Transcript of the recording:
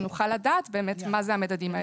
שנוכל לדעת באמת מה זה המדדים האלה.